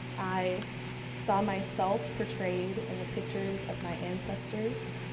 i saw myself portrayed in the pictures of my ancestors.